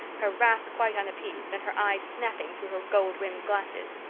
her wrath quite unappeased and her eyes snapping through her gold-rimmed glasses.